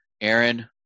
aaron